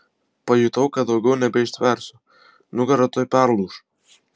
pajutau kad daugiau nebeištversiu nugara tuoj perlūš